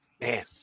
Man